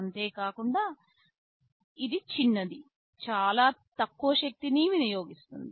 అంతేకాకుండా ఇది చిన్నది చాలా తక్కువ శక్తిని వినియోగిస్తుంది